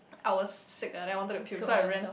I was sick ah then I wanted to puke so I ran